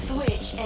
Switch